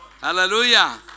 Hallelujah